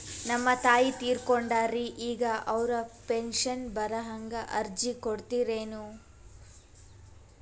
ನಮ್ ತಾಯಿ ತೀರಕೊಂಡಾರ್ರಿ ಈಗ ಅವ್ರ ಪೆಂಶನ್ ಬರಹಂಗ ಅರ್ಜಿ ಕೊಡತೀರೆನು?